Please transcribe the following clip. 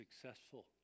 successful